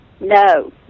No